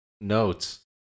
notes